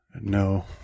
No